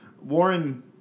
Warren